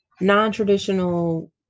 non-traditional